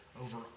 over